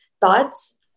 thoughts